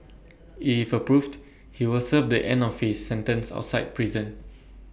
if approved he will serve the end of his sentence outside prison